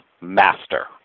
master